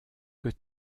que